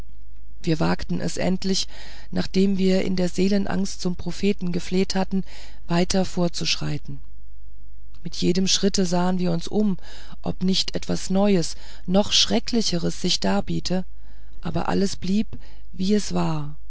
wir wagten es endlich nachdem wir in der seelenangst zum propheten gefleht hatten weiter vorzuschreiten bei jedem schritte sahen wir uns um ob nicht etwas neues noch schrecklicheres sich darbiete aber alles blieb wie es war